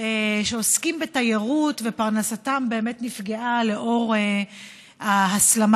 שעוסקים בתיירות ופרנסתם נפגעה בשל ההסלמה